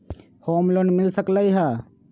Home loan मिल सकलइ ह?